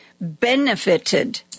benefited